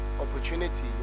opportunity